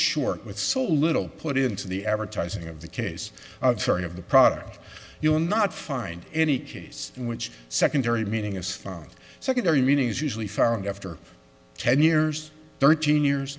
short with so little put into the advertising of the case very of the product you will not find any case in which secondary meaning is found secondary meaning is usually found after ten years thirteen years